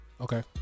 Okay